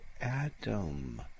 Adam